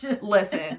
Listen